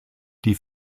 die